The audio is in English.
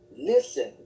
listen